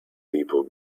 people